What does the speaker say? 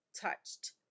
touched